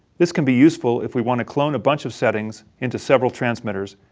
this can be useful if we want to clone a bunch of settings into several transmitters,